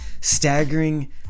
staggering